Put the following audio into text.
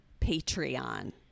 Patreon